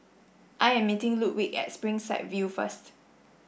I am meeting Ludwig at Springside View first